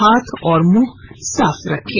हाथ और मुंह साफ रखें